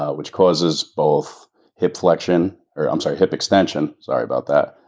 ah which causes both hip flexion, or i'm sorry, hip extension, sorry about that,